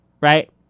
Right